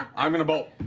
i'm going to bolt.